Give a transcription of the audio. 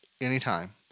anytime